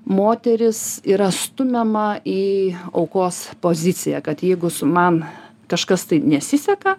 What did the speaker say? moteris yra stumiama į aukos poziciją kad jeigu su man kažkas tai nesiseka